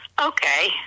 Okay